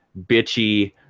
bitchy